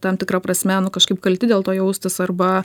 tam tikra prasme nu kažkaip kalti dėl to jaustis arba